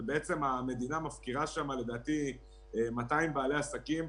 והמדינה מפקירה שם לדעתי 200 בעלי עסקים.